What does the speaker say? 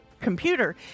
computer